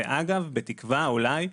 ואגב בתקווה אולי,